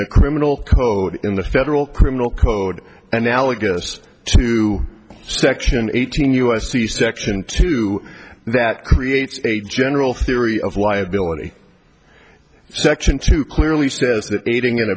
the criminal code in the federal criminal code analogous to section eighteen u s c section two that creates a general theory of liability section two clearly says that aiding and